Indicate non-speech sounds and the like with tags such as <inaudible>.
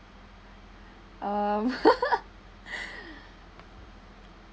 um <laughs>